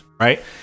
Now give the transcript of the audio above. Right